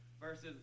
versus